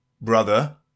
Brother